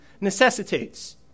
necessitates